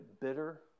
bitter